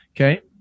Okay